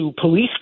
police